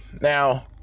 now